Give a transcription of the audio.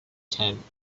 tent